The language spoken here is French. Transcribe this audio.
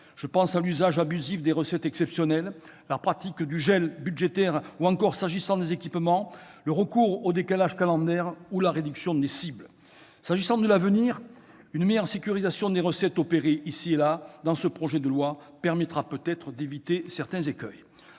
Je pense à l'usage abusif de recettes exceptionnelles, à la pratique du « gel » budgétaire ou encore, s'agissant des équipements, au recours aux décalages calendaires ou à la réduction des cibles. S'agissant de l'avenir, une meilleure sécurisation des recettes opérée ici et là dans ce projet de loi permettra peut-être d'éviter certains écueils.